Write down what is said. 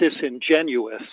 disingenuous